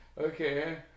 Okay